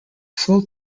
full